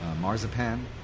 marzipan